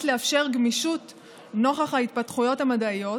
לאפשר גמישות נוכח ההתפתחויות המדעיות,